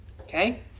okay